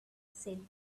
said